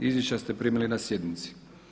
Izvješća ste primili na sjednici.